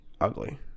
Ugly